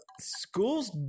schools